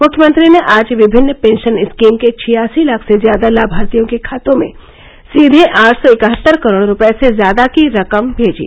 मुख्यमंत्री ने आज विभिन्न पेंशन स्कीम के छियासी लाख से ज्यादा लाभार्थियों के खातों में सीधे आठ सौ इकहत्तर करोड रुपये से ज्यादा की रकम भेजी